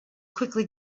quickly